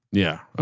yeah,